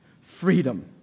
Freedom